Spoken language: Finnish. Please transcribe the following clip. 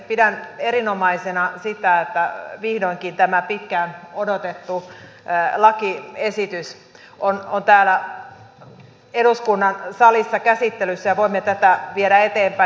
pidän erinomaisena sitä että vihdoinkin tämä pitkään odotettu lakiesitys on täällä eduskunnan salissa käsittelyssä ja voimme tätä viedä eteenpäin